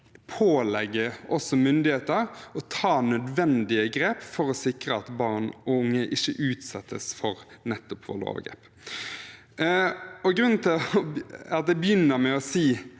pålegge også myndigheter å ta nødvendige grep for å sikre at barn og unge ikke utsettes for nettopp vold og overgrep. Grunnen til at jeg begynner med å si